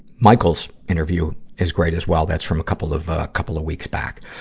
michael's interview is great as well that's from a couple of, ah, couple of weeks back.